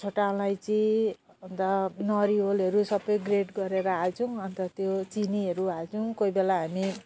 छोटा अलैँची अन्त नरिवलहरू सबै ग्रेट गरेर हाल्छौँ अन्त त्यो चिनीहरू हाल्छौँ कोही बेला हामी